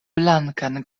blankan